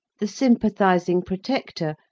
the sympathising protector,